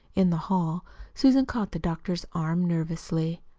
in the hall susan caught the doctor's arm nervously.